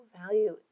value